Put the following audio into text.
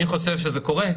מי חושב שזה קורה?